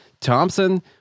Thompson